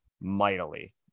mightily